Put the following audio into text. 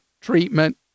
treatment